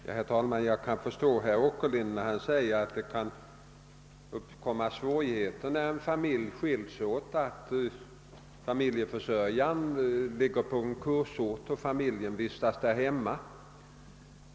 Herr talman! Jag kan förstå herr Åkerlind när han påpekar att det kan uppstå svårigheter då en familj splittras genom att familjeförsörjaren ligger på en kursort medan familjen vistas på hemorten.